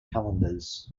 calendars